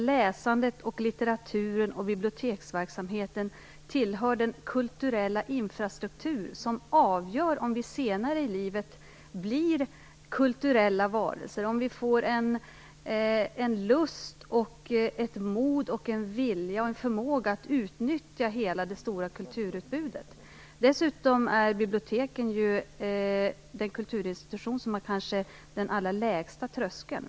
Läsandet, litteraturen och biblioteksverksamheten tillhör nämligen den kulturella infrastruktur som avgör om vi senare i livet blir kulturella varelser - om vi får en lust, ett mod, en vilja och en förmåga att utnyttja hela det stora kulturutbudet. Dessutom är biblioteken den kulturinstitution som kanske har den allra lägsta tröskeln.